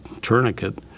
tourniquet